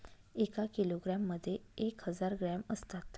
एका किलोग्रॅम मध्ये एक हजार ग्रॅम असतात